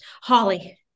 Holly